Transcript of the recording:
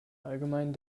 allgemein